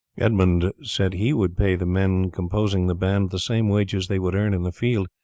edmund said he would pay the men composing the band the same wages they would earn in the field,